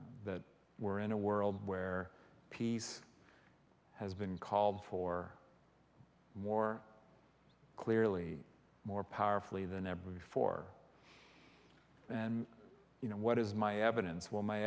that we're in a world where peace has been called for more clearly more powerfully than ever before and what is my evidence will my